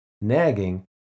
nagging